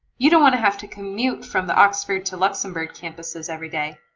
you don't want to have to commute from the oxford to luxembourg campuses every day.